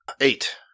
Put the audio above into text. Eight